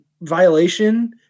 violation